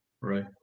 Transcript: Right